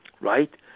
right